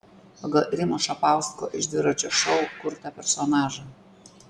pagal rimo šapausko iš dviračio šou kurtą personažą